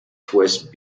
twist